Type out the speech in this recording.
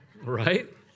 Right